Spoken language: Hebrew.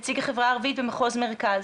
נציג החברה הערבית במחוז מרכז,